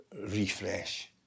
refresh